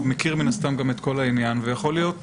מן הסתם גם מכיר את כל העניין ויכול להיות